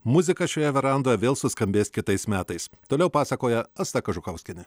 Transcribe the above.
muzika šioje verandoje vėl suskambės kitais metais toliau pasakoja asta kažukauskienė